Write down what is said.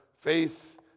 faith